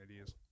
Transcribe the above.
ideas